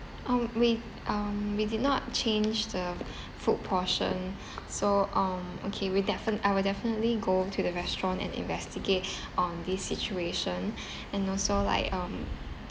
orh we um we did not change the food portion so um okay we'd defin~ I will definitely go to the restaurant and investigate on this situation and also like um